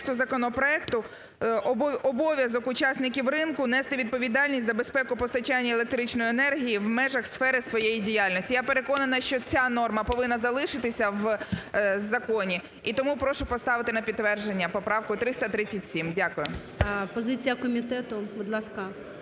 Позиція комітету. Будь ласка.